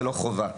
ולא חובה.